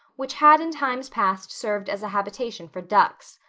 which had in times past served as a habitation for ducks.